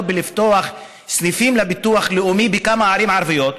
לפתוח סניפים לביטוח לאומי בכמה ערים ערביות,